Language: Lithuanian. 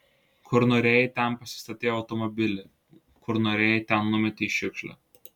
kur norėjai ten pasistatei automobilį kur norėjai ten numetei šiukšlę